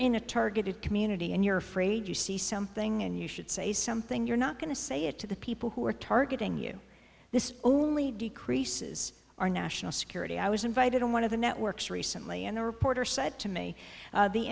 in a targeted community and you're afraid you see something and you should say something you're not going to say it to the people who are targeting you this only decreases our national security i was invited on one of the networks recently and the reporter said to me